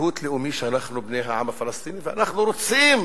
זהות לאומי, שאנחנו בני העם הפלסטיני ואנחנו רוצים